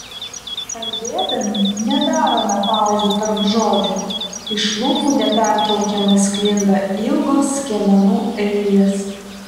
kalbėdami nedarome pauzių tarp žodžių iš lūpų nepertraukiamai sklinda ilgos skiemenų eilės